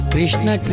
Krishna